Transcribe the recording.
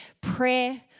prayer